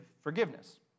forgiveness